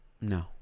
No